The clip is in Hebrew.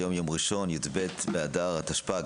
היום יום ראשון י"ב באדר התשפ"ג,